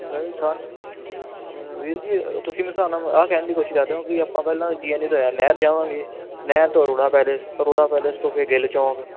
ਵੀਰ ਜੀ ਤੁਸੀਂ ਮੇਰੇ ਹਿਸਾਬ ਨਾਲ ਆਹ ਕਹਿਣ ਦੀ ਕੋਸ਼ਿਸ਼ ਕਰਦੇ ਹੋ ਕਿ ਆਪਾਂ ਪਹਿਲਾਂ ਜੀਐਨਏ ਤੋਂ ਨਹਿਰ ਦੇ ਜਾਵਾਂਗੇ ਨਹਿਰ ਤੋਂ ਅਰੋੜਾ ਪੈਲਿਸ ਅਰੋੜਾ ਪੈਲਿਸ ਤੋਂ ਫਿਰ ਗਿੱਲ ਚੌਂਕ